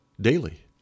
Daily